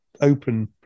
open